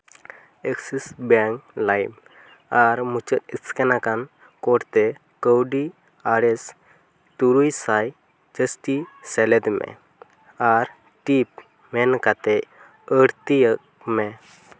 Axis Bank ᱞᱟᱭᱤᱢ ᱟᱨ ᱢᱩᱪᱟᱹᱫ ᱮᱥᱠᱮᱱᱟᱠᱟᱱ ᱠᱳᱰ ᱛᱮ ᱠᱟᱹᱣᱰᱤ ᱟᱨ ᱮᱥ ᱛᱩᱨᱩᱭ ᱥᱟᱭ ᱡᱟᱹᱥᱛᱤ ᱥᱮᱞᱮᱫ ᱢᱮ ᱟᱨ ᱴᱤᱯ ᱢᱮᱱᱠᱟᱛᱮ ᱟᱹᱲᱛᱤᱭᱟᱜ ᱢᱮ